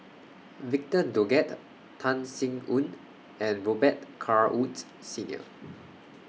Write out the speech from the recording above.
Victor Doggett Tan Sin Aun and Robet Carr Woods Senior